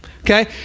okay